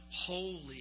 Holy